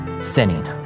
sinning